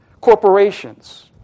Corporations